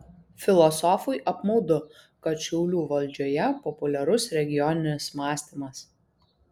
filosofui apmaudu kad šiaulių valdžioje populiarus regioninis mąstymas